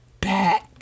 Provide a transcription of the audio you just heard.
back